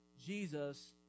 jesus